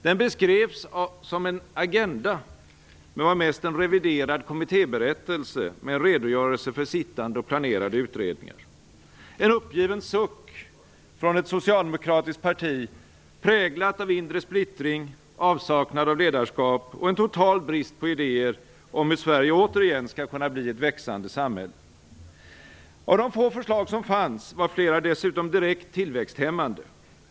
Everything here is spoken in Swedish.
Den beskrevs som en agenda, men var mest en reviderad kommittéberättelse med en redogörelse för sittande och planerade utredningar. Den var en uppgiven suck från ett socialdemokratiskt parti, präglat av inre splittring, avsaknad av ledarskap och en total brist på idéer om hur Sverige återigen skall kunna bli ett växande samhälle. Av de få förslag som fanns var flera dessutom direkt tillväxthämmande.